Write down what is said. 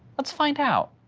let's find out.